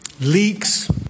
leaks